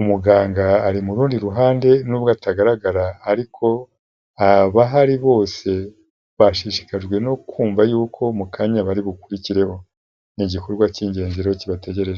umuganga ari mu rundi ruhande nubwo atagaragara ariko abahari bose bashishikajwe no kumva yuko mu kanya bari bukurikireho, ni igikorwa cy'ingenzi rero kibategereje.